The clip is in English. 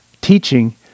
teaching